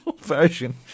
version